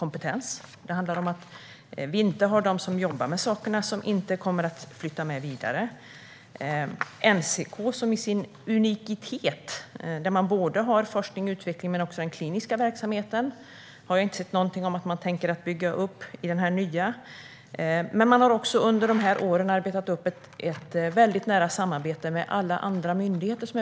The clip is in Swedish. Det handlar om att de som jobbar med de här sakerna inte kommer att flytta med. NCK:s unicitet - man har forskning och utveckling men också den kliniska verksamheten - har jag inte sett någonting om att man tänker bygga upp i den nya myndigheten. NCK har också under åren arbetat upp ett nära samarbete med alla andra berörda myndigheter.